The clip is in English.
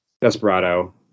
Desperado